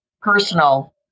personal